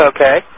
Okay